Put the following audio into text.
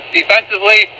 defensively